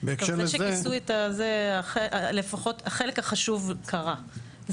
אחרי שכיסו, לפחות החלק החשוב קרה.